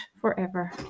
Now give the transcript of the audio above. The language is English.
forever